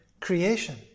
creation